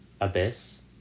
abyss